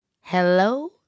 Hello